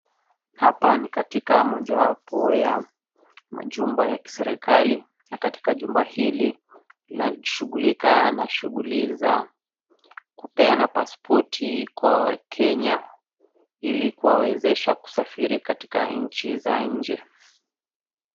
Hapa ni katika mojawapo ya machumba ya kiserikali na katika chumba hili linashughulika na shughuli za kupeana pasipoti kwa wakenya ilikuwawezesha kusafiri katika nchi za nje.